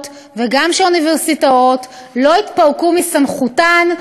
וגם אוניברסיטאות לא יתפרקו מסמכותן.